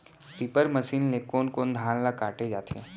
Reaper machine ले कोन कोन धान ल काटे जाथे?